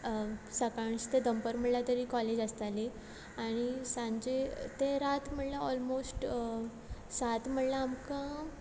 सकाळचे ते दनपारा म्हणल्यार तरी कॉलेज आसताली आनी सांजे ते रात म्हणल्यार ओलमोस्ट सात म्हणल्यार आमकां